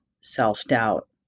self-doubt